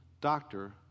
Doctor